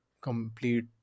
Complete